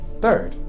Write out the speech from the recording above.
Third